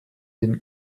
den